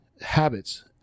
habits